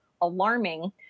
alarming